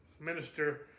minister